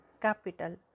capital